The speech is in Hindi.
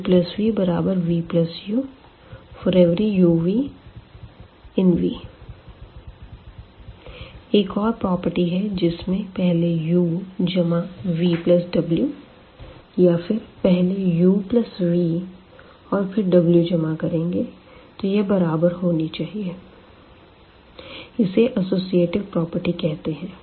uvvu∀uv∈V एक और प्रॉपर्टी है जिसमें पहले u जमा vw या फिर पहले uv और फिर w जमा करेंगे तो यह बराबर होना चाहिए इसे अस्सोसिएटिव प्रॉपर्टी कहते है